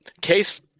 Case